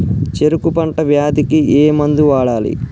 చెరుకు పంట వ్యాధి కి ఏ మందు వాడాలి?